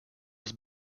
was